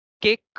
kick